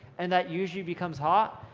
and that usually becomes hot.